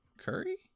curry